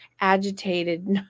agitated